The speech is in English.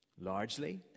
largely